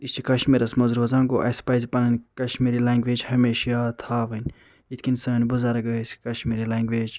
یہِ چھِ کشمیٖرس منٛز روزان گوٚو اسہِ پَز پنٕنۍ کشمیٖری لنٛگویج ہمیشہٕ یاد تھاوٕنۍ یِتھ کٔنۍ سٲنۍ بزرٕگ اٲسۍ کشمیری لنٛگویج